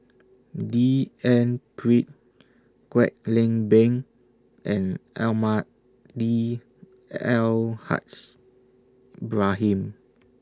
D N Pritt Kwek Leng Beng and Almahdi Al Haj Ibrahim